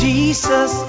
Jesus